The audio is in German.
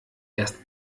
erst